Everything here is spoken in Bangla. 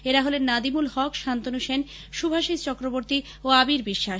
তাঁরা হলেন নাদিমুল হক শান্তনু সেন শুভাশিষ চক্রবর্তী ও আবির বিশ্বাস